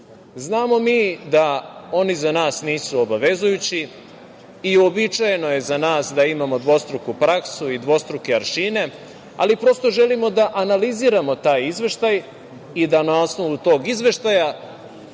mi da oni za nas nisu obavezujući. Uobičajeno je za nas da imamo dvostruku praksu i dvostruke aršine, ali želimo da analiziramo taj izveštaj i da na osnovu tog izveštaja